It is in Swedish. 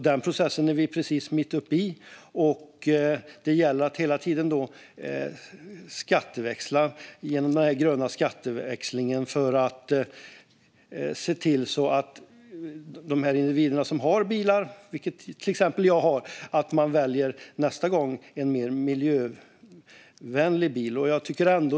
Denna process är vi mitt uppe i, och då gäller det att hela tiden skatteväxla så att de som har bilar, som jag, väljer en mer miljövänlig bil nästa gång.